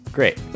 Great